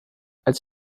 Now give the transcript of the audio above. als